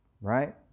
right